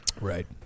Right